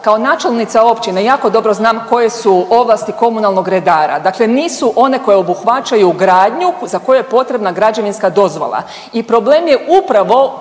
Kao načelnica općine jako dobro znam koje su ovlasti komunalnog redara, dakle nisu one koje obuhvaćaju gradnju za koju je potrebna građevinska dozvola i problem je upravo